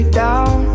down